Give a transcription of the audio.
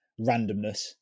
randomness